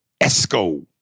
Esco